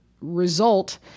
result